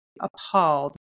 appalled